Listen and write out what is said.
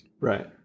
Right